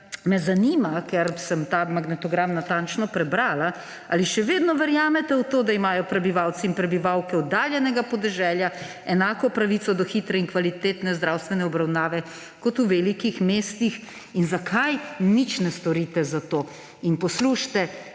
Zanima me, ker sem ta magnetogram natančno prebrala: Ali še vedno verjamete v to, da imajo prebivalci in prebivalke oddaljenega podeželja enako pravico do hitre in kvalitetne zdravstvene obravnave kot v velikih mestih in zakaj nič ne storite za to? In poslušajte,